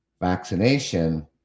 vaccination